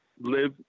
live